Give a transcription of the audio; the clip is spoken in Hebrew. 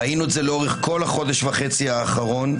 ראינו את זה לאורך כל החודש וחצי האחרונים,